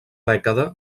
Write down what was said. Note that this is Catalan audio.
dècada